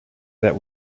that